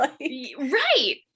Right